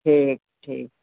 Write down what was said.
ठीकु ठीकु